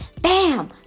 bam